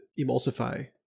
emulsify